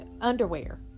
underwear